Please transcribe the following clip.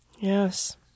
Yes